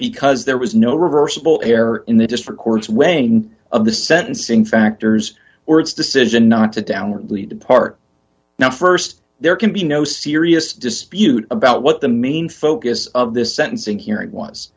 because there was no reversible error in the district court's weighing of the sentencing factors or its decision not to downwardly depart now st there can be no serious dispute about what the main focus of this sentencing hearing was